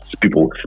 people